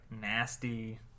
nasty